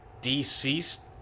Deceased